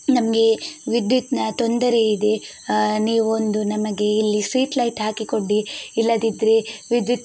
ನಮಗೆ ವಿದ್ಯುತ್ನ ತೊಂದರೆ ಇದೆ ನೀವೊಂದು ನಮಗೆ ಇಲ್ಲಿ ಸ್ಟ್ರೀಟ್ ಲೈಟ್ ಹಾಕಿ ಕೊಡಿ ಇಲ್ಲದಿದ್ದರೆ ವಿದ್ಯುತ್